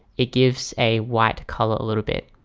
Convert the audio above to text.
it gives a white color a little bit.